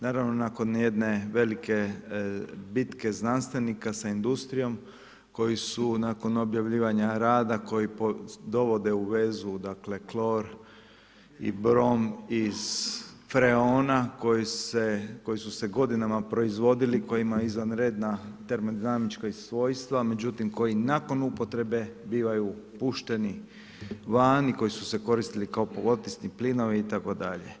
Naravno, nakon jedne velike bitke znanstvenika sa industrijom koji su nakon objavljivanja rada koji dovode u vezu klor i brom iz freona koji su se godinama proizvodili, koji ima izvanredna termonamička svojstva međutim, koji nakon upotrebe bivaju pušteni vani, koji su se koristili kao potisni plinovi itd.